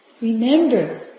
remember